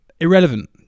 irrelevant